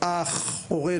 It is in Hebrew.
הורה,